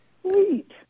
Sweet